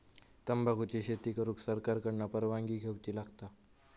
तंबाखुची शेती करुक सरकार कडना परवानगी घेवची लागता